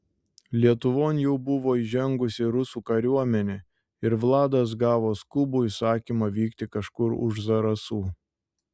lietuvon jau buvo įžengusi rusų kariuomenė ir vladas gavo skubų įsakymą vykti kažkur už zarasų